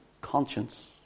conscience